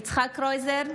קרויזר,